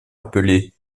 appelée